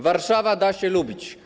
Warszawa da się lubić.